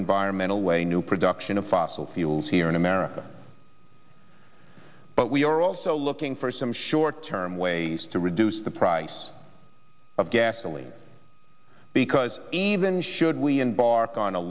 environmental way new production of fossil fuels here in america but we are also looking for some short term ways to reduce the price of gasoline because even should we embark on a